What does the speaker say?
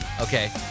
okay